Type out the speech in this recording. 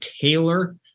tailor